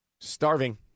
Starving